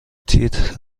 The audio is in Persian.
تیتر